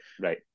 right